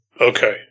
Okay